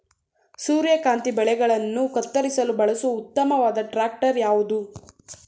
ಸೂರ್ಯಕಾಂತಿ ಬೆಳೆಗಳನ್ನು ಕತ್ತರಿಸಲು ಬಳಸುವ ಉತ್ತಮವಾದ ಟ್ರಾಕ್ಟರ್ ಯಾವುದು?